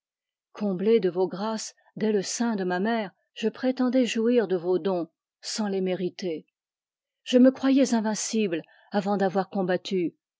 comblé de vos grâces dès le sein de ma mère je prétendais jouir de vos dons sans les mériter je me croyais invincible avant d'avoir combattu